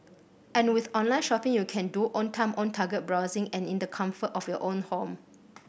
and with online shopping you can do own time own target browsing and in the comfort of your own home